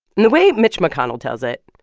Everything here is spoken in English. and the way mitch mcconnell tells it,